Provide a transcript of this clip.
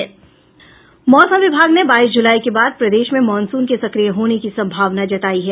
मौसम विभाग ने बाईस जुलाई के बाद प्रदेश में मानसून के सक्रिय होने की संभावना जतायी है